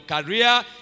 career